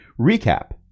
Recap